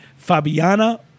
Fabiana